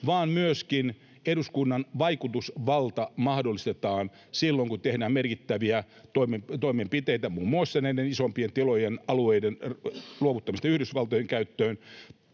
vaan myöskin eduskunnan vaikutusvalta mahdollistetaan silloin, kun tehdään merkittäviä toimenpiteitä muun muassa näiden isompien tilojen ja alueiden luovuttamisesta Yhdysvaltojen käyttöön